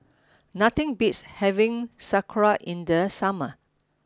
nothing beats having Sauerkraut in the summer